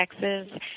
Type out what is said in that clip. Texas